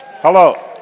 Hello